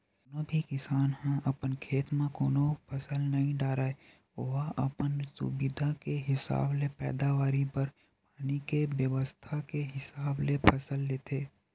कोनो भी किसान ह अपन खेत म कोनो फसल नइ डारय ओहा अपन सुबिधा के हिसाब ले पैदावारी बर पानी के बेवस्था के हिसाब ले फसल लेथे